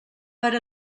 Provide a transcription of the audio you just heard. per